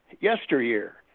yesteryear